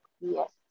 Yes